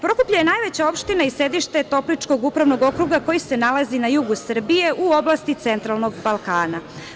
Prokuplje je najveća opština i sedište Topličkog upravnog okruga, koji se nalazi na jugu Srbije, u oblasti centralnog Balkana.